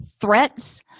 threats